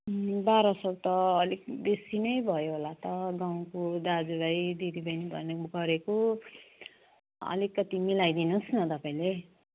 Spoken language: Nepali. बाह्र सय त अलिक बेसी नै भयो होला त गाउँको दाजुभाइ दिदीबहिनी भनेको गरेको अलिकति मिलाइदिनुहोस् न तपाईँले